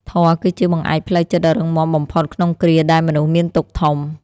ធម៌គឺជាបង្អែកផ្លូវចិត្តដ៏រឹងមាំបំផុតក្នុងគ្រាដែលមនុស្សមានទុក្ខធំ។